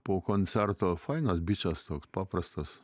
po koncerto fainas bičas toks paprastas